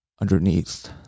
underneath